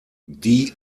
die